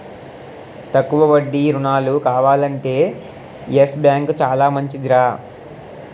తక్కువ వడ్డీ రుణాలు కావాలంటే యెస్ బాంకు చాలా మంచిదిరా